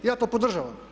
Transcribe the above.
Ja to podržavam.